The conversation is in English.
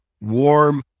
warm